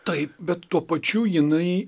taip bet tuo pačiu jinai